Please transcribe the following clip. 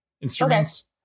instruments